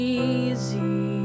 easy